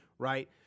right